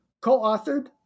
co-authored